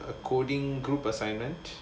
a coding group assignment